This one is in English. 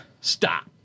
Stop